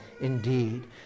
indeed